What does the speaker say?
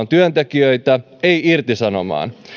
työntekijöitä ei irtisanomaan